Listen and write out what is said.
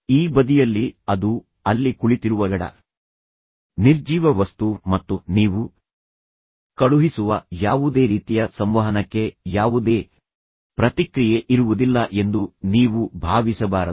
ಈ ಬದಿಯಲ್ಲಿ ಅದು ಅಲ್ಲಿ ಕುಳಿತಿರುವ ಜಡ ನಿರ್ಜೀವ ವಸ್ತು ಮತ್ತು ನೀವು ಕಳುಹಿಸುವ ಯಾವುದೇ ರೀತಿಯ ಸಂವಹನಕ್ಕೆ ಯಾವುದೇ ಪ್ರತಿಕ್ರಿಯೆ ಇರುವುದಿಲ್ಲ ಎಂದು ನೀವು ಭಾವಿಸಬಾರದು